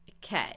Okay